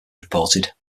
reported